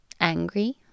angry